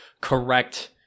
correct